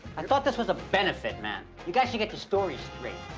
i thought this was a benefit, man. you guys should get your stories straight.